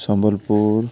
Sambalpur